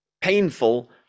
painful